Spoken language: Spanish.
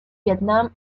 vietnam